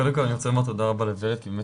קודם כל אני רוצה לומר תודה רבה לורד כי באמת